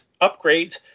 upgrades